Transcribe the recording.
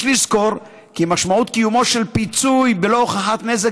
יש לזכור כי משמעות קיומו של פיצוי בלא הוכחת נזק